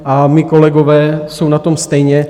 A mí kolegové jsou na tom stejně.